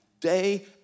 day